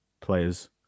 players